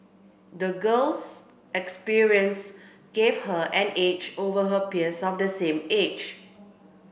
the girl's experiences gave her an edge over her peers of the same age